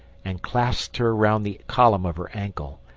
and clasped her round the column of her ankle.